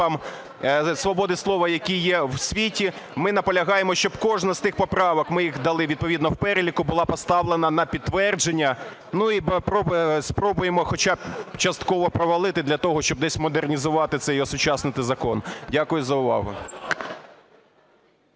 свободи слова, які є в світі, ми наполягаємо, щоб кожна з тих поправок, ми їх дали відповідно в переліку, була поставлена на підтвердження. І спробуємо хоча б частково провалити для того, щоб десь модернізувати цей і осучаснити закон. Дякую за увагу.